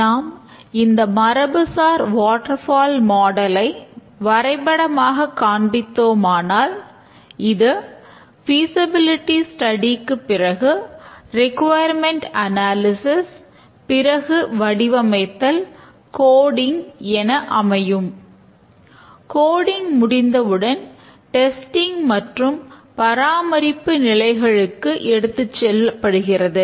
நாம் இந்த மரபுசார் வாட்டர்ஃபால் மாடலை மற்றும் பராமரிப்பு நிலைகளுக்கு எடுத்துச் செல்லப்படுகிறது